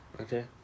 Okay